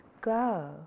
go